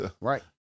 Right